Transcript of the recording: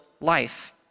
life